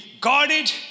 guarded